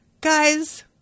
Guys